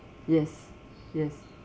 yes yes